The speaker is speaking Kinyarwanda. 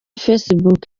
facebook